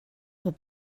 will